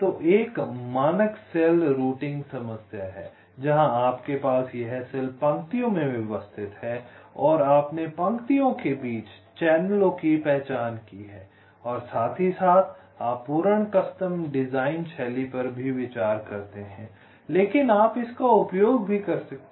तो एक मानक सेल रूटिंग समस्या है जहां आपके पास यह सेल पंक्तियों में व्यवस्थित है और आपने पंक्तियों के बीच चैनलों की पहचान की है और साथ ही साथ आप पूर्ण कस्टम डिजाइन शैली पर भी विचार करते हैं लेकिन आप इसका उपयोग भी कर सकते हैं